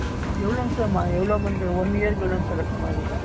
சரி எவ்வளோங்க சார் எவ்வளோ அமௌண்ட்டு இயருக்கு எவ்வளோங்க சார் கட்டுற மாதிரி இருக்கும்